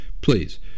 please